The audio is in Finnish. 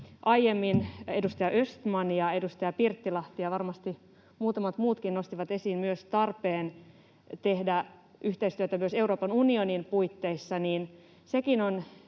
aiemmin edustaja Östman ja edustaja Pirttilahti ja varmasti muutamat muutkin nostivat esiin myös tarpeen tehdä yhteistyötä myös Euroopan unionin puitteissa,